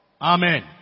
Amen